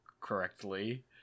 correctly